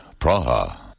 Praha